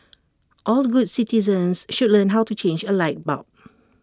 all good citizens should learn how to change A light bulb